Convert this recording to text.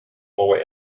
boy